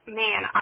man